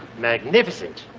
magnificent.